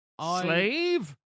Slave